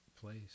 place